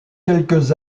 quelques